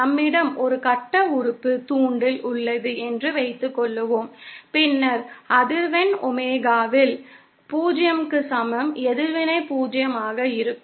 நம்மிடம் ஒரு கட்ட உறுப்பு தூண்டல் உள்ளது என்று வைத்துக்கொள்வோம் பின்னர் அதிர்வெண் ஒமேகாவில் 0 க்கு சமம் எதிர்வினை 0 ஆக இருக்கும்